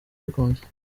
bikunze